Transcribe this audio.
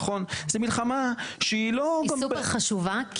זו מלחמה שהיא לא --- היא סופר חשובה.